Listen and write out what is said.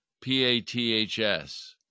P-A-T-H-S